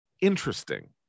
interesting